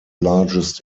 largest